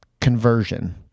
conversion